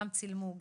גם צילמו,